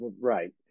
right